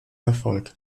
erfolg